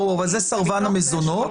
ברור, זה סרבן המזונות.